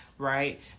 Right